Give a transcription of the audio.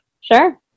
Sure